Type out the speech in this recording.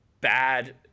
bad